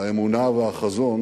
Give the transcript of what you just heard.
האמונה והחזון